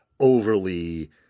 overly